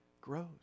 grows